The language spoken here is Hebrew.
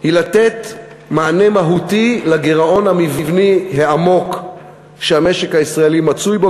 היא לתת מענה מהותי לגירעון המבני העמוק שהמשק הישראלי מצוי בו,